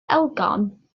elgan